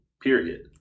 period